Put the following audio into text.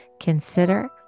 consider